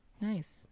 Nice